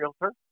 realtor